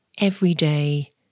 everyday